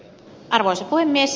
arvoisa puhemies